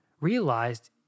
realized